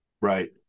Right